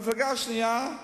המפלגה השנייה,